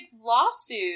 lawsuit